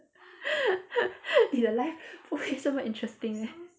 你的 life 不会这么 interesting meh